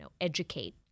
educate